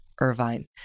Irvine